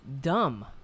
Dumb